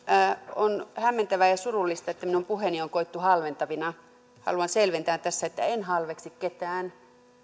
on hämmentävää ja surullista että minun puheeni on koettu halventavina haluan selventää tässä että en halveksi ketään